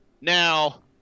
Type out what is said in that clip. Now